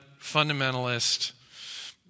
fundamentalist